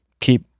keep